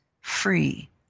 free